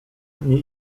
nie